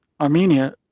armenia